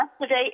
today